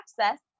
access